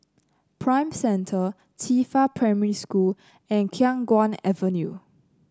Prime Centre Qifa Primary School and Khiang Guan Avenue